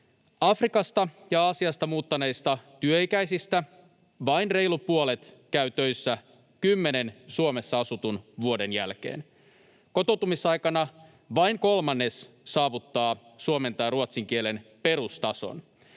Afrikasta ja Aasiasta muuttaneista työikäisistä vain reilu puolet käy töissä kymmenen Suomessa asutun vuoden jälkeen. Kotoutumisaikana vain kolmannes saavuttaa suomen tai ruotsin kielen perustason.